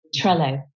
Trello